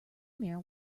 mare